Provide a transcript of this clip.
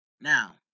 Now